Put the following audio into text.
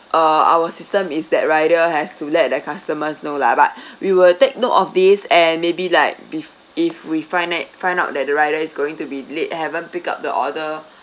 uh our system is that rider has to let the customers know lah but we will take note of this and maybe like if if we find it find out that the rider is going to be late haven't picked up the order